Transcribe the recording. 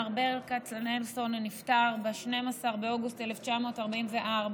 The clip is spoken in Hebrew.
מר ברל כצנלסון נפטר ב-12 באוגוסט 1944,